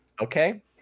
okay